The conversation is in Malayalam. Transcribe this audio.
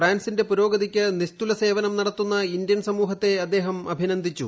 ഫ്രാൻസിന്റെ പുരോഗതിക്ക് നിസ്തുലസേവം വഹിക്കുന്ന ഇന്ത്യൻ സമൂഹത്തെ അദ്ദേഹം അഭിനന്ദിച്ചു